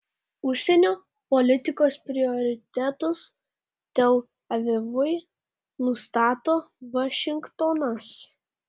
užsienio politikos prioritetus tel avivui nustato vašingtonas